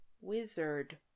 wizard